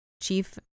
chief